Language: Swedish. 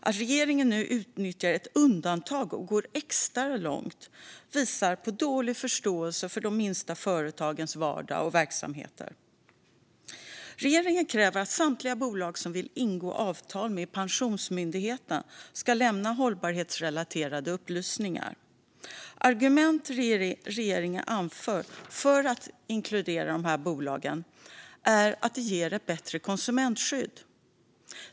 Att regeringen nu utnyttjar ett undantag och går extra långt visar på dålig förståelse för de minsta företagens vardag och verksamheter. Regeringen kräver att samtliga bolag som vill ingå avtal med Pensionsmyndigheten ska lämna hållbarhetsrelaterade upplysningar. Argument som regeringen anför för att inkludera dessa bolag är att det ger ett bättre konsumentskydd.